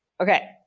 Okay